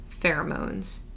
Pheromones